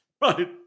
Right